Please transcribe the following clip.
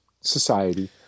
society